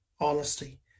honesty